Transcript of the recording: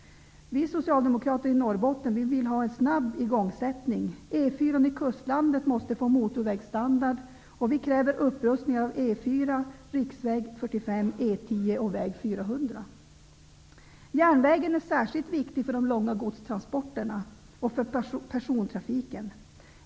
Vi socialdemokrater i Norrbotten vill ha en snabb igångsättning. E 4 i kustlandet måste få motorvägsstandard, och vi kräver upprustning av Järnvägen är särskilt viktig för de långa godstransporterna och för persontrafiken.